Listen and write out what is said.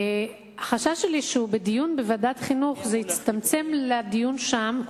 החשש שלי הוא שבדיון בוועדת החינוך זה יצטמצם לדיון שם,